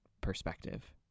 perspective